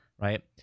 right